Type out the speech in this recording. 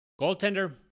Goaltender